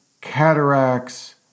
cataracts